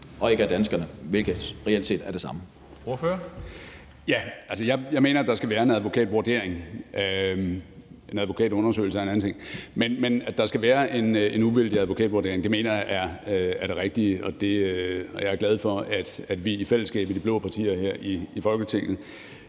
Kl. 10:26 Jakob Ellemann-Jensen (V): Ja, jeg mener, at der skal være en advokatvurdering. En advokatundersøgelse er en anden ting, men der skal være en uvildig advokatvurdering. Det mener jeg er det rigtige, og jeg er glad for, at vi i fællesskab i de blå partier her i Folketinget